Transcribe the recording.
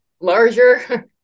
larger